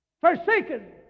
forsaken